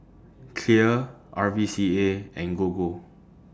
Clear R V C A and Gogo